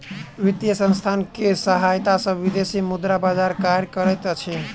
वित्तीय संसथान के सहायता सॅ विदेशी मुद्रा बजार कार्य करैत अछि